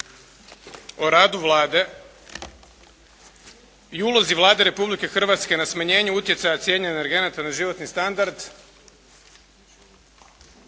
o radu Vlade i ulozi Vlade Republike Hrvatske na smanjenje utjecaja cijene energenata na životni standard